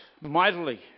mightily